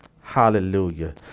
Hallelujah